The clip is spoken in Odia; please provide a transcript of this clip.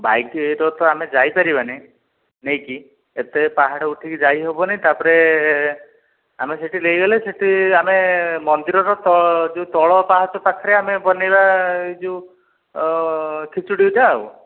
ବାଇକ୍ ରେ ତ ଆମେ ଯାଇପାରିବାନି ନେଇକି ଏତେ ପାହାଡ଼ ଉଠାଇ ଯାଇ ହେବନି ତାପରେ ଆମେ ସେହିଠି ନେଇଗଲେ ସେହିଠି ଆମେ ମନ୍ଦିରର ତଳ ଯେଉଁ ତଳ ପାହାଚ ପାଖରେ ଆମେ ବନାଇବା ଏହି ଯେଉଁ ଖିଚୁଡ଼ି ଟା ଆଉ